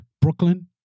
Brooklyn